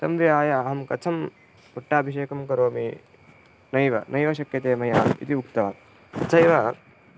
तं विहाय अहं कथं पट्टाभिषेकं करोमि नैव नैव शक्यते मया इति उक्तवान् तथैव